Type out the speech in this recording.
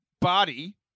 body